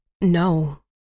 no